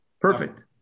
Perfect